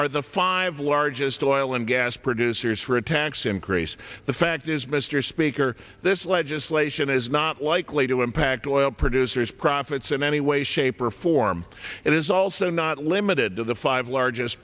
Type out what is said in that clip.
are the five largest oil and gas producers for a tax increase the fact is mr speaker this legislation is not likely to impact oil producers profits in any way shape or form it is also not limited to the five largest